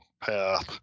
path